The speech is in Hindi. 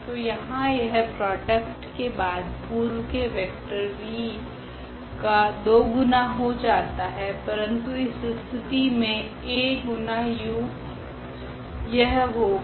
तो यहाँ यह प्रॉडक्ट के बाद पूर्व के वेक्टर v का दोगुना हो जाता है परंतु इस स्थिति में A गुना u यह होगा